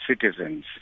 citizens